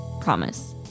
Promise